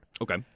Okay